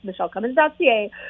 michellecummins.ca